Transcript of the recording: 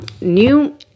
new